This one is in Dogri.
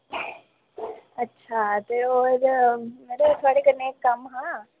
अच्छा ते होर मड़ो थुआढ़े कन्नै इक कम्म हा